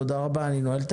תודה רבה, הישיבה נעולה.